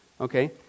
Okay